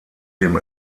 dem